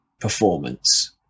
performance